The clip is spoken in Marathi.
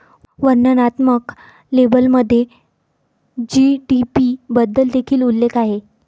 वर्णनात्मक लेबलमध्ये जी.डी.पी बद्दल देखील उल्लेख आहे